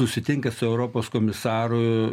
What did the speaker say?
susitinka su europos komisaru